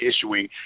issuing